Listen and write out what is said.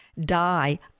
die